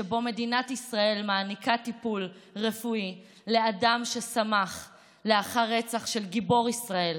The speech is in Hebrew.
שבו מדינת ישראל מעניקה טיפול רפואי לאדם ששמח לאחר רצח של גיבור ישראל,